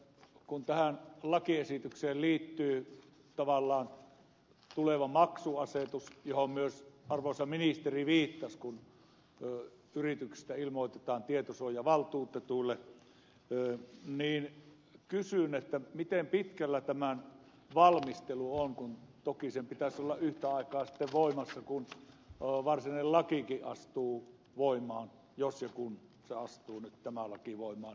kun tähän lakiesitykseen liittyy tavallaan tuleva maksuasetus johon myös arvoisa ministeri viittasi kun yrityksistä ilmoitetaan tietosuojavaltuutetulle niin kysyn miten pitkällä tämän valmistelu on kun toki sen pitäisi olla yhtä aikaa sitten voimassa kun varsinainen lakikin astuu voimaan jos ja kun tämä laki nyt astuu voimaan